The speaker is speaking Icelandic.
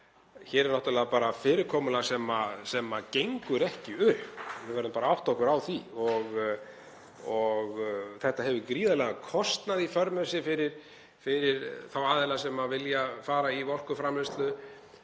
Hér er náttúrlega bara fyrirkomulag sem gengur ekki upp. Við verðum að átta okkur á því. Þetta hefur gríðarlegan kostnað í för með sér fyrir þá aðila sem vilja fara í orkuframleiðslu